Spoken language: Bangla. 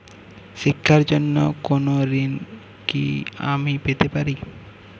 শিক্ষার জন্য কোনো ঋণ কি আমি পেতে পারি?